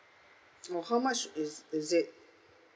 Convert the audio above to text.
oh how much is is it